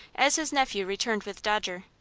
as his nephew returned with dodger.